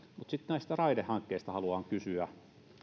sitten näistä raidehankkeista haluan kysyä